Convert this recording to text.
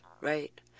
right